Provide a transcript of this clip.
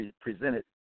presented